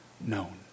known